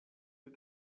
you